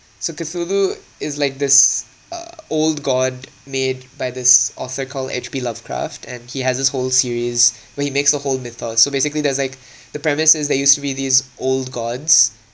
so cthulhu is like this uh old god made by this author called H_P lovecraft and he has this whole series where he makes the whole myth so basically there's like the premise is there used to be these old gods